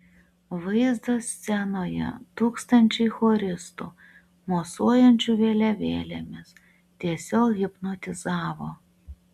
vaizdas scenoje tūkstančiai choristų mosuojančių vėliavėlėmis tiesiog hipnotizavo